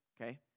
okay